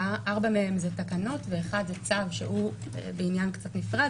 ארבעה מהם זה תקנות ואחד מהם זה צו שהוא בעניין קצת נפרד,